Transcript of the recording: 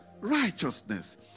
righteousness